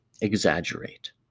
exaggerate